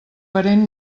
parent